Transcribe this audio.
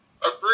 Agreed